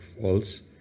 false